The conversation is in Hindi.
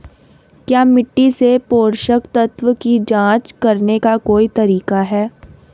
क्या मिट्टी से पोषक तत्व की जांच करने का कोई तरीका है?